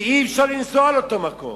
ואי-אפשר לנסוע על אותו מקום.